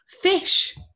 Fish